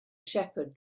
shepherd